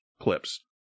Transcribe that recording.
clips